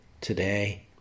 today